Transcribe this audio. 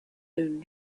own